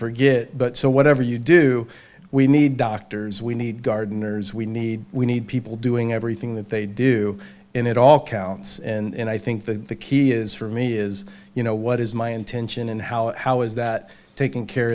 forget but whatever you do we need doctors we need gardeners we need we need people doing everything that they do and it all counts and i think the key is for me is you know what is my intention and how how is that taking care